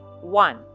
one